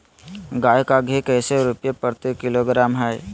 गाय का घी कैसे रुपए प्रति किलोग्राम है?